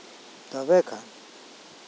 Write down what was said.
ᱛᱚᱵᱮ ᱠᱷᱟᱱ